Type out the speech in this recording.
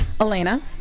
Elena